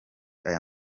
aya